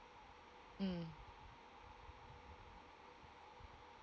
mm